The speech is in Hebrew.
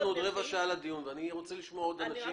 יש לנו עוד רבע שעה לדיון ואני רוצה לשמוע עוד אנשים.